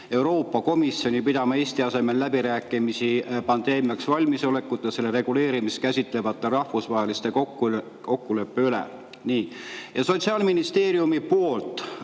Euroopa Komisjoni pidama Eesti asemel läbirääkimisi pandeemiaks valmisolekut ja selle reguleerimist käsitlevate rahvusvaheliste kokkuleppete üle. Sotsiaalministeeriumi poolt